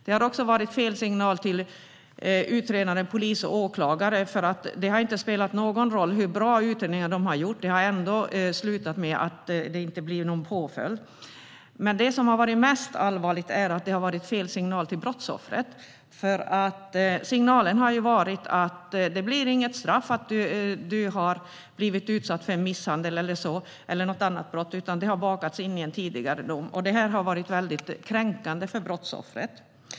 Det har också varit fel signaler till utredande polis och åklagare, för det har inte spelat någon roll hur bra utredningar de har gjort. Det har ändå slutat med att det inte blir någon påföljd. Det som har varit mest allvarligt är att det har gett fel signal till brottsoffret. Signalen har ju varit att det inte blir något straff för gärningsmannen när man blivit utsatt för misshandel eller något annat brott, utan det har bakats in i en tidigare dom. Detta har varit väldigt kränkande för brottsoffret.